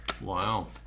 Wow